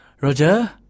roger